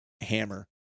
hammer